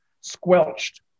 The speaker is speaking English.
squelched